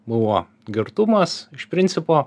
buvo girtumas iš principo